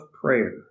Prayer